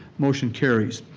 motion carries.